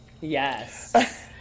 yes